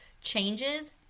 changes